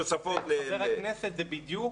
חבר הכנסת, זה בדיוק